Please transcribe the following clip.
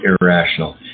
irrational